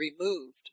removed